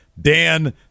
Dan